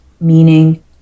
meaning